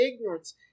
ignorance